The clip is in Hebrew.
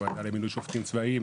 בוועדה למינוי שופטים צבאיים,